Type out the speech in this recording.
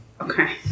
Okay